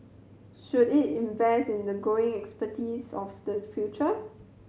should it invest in the growing expertise of the future